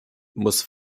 muss